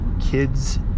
kids